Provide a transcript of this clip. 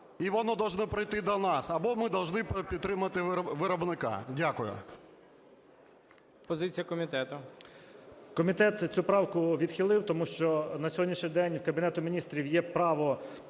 і воно должно прийти до нас, або ми должни підтримати виробника. Дякую.